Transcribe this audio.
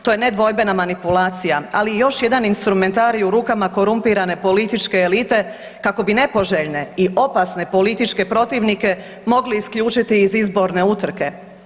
To je nedvojbena manipulacija, ali još jedan instrumentarij u rukama korumpirane političke elite kako bi nepoželjne i opasne političke protivnike mogli isključiti iz izborne utrke.